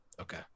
Okay